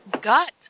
gut